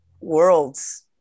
worlds